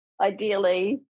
ideally